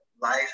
Life